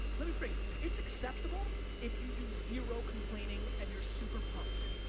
let me rephrase, it's acceptable if you do zero complaining and you're super pumped.